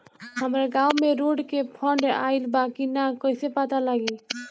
हमरा गांव मे रोड के फन्ड आइल बा कि ना कैसे पता लागि?